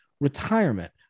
retirement